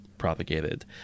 propagated